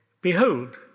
Behold